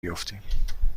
بیفتیم